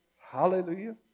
Hallelujah